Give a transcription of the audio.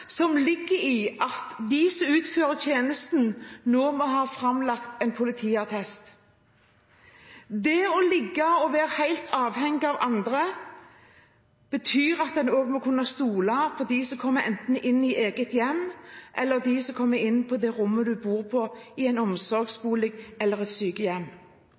som ligger i at de som utfører tjenesten, nå må framlegge en politiattest. Det å ligge og være helt avhengig av andre betyr at en også må kunne stole på dem som kommer enten inn i eget hjem eller inn på det rommet man bor på, i en omsorgsbolig eller et sykehjem.